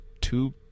two